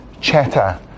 chatter